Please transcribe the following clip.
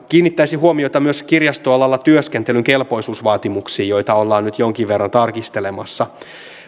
kiinnittäisin huomiota myös kirjastoalalla työskentelyn kelpoisuusvaatimuksiin joita ollaan nyt jonkin verran tarkistelemassa